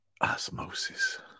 osmosis